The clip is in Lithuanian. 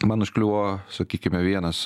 man užkliuvo sakykime vienas